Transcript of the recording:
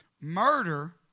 murder